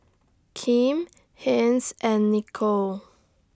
Kim Hence and Nicolle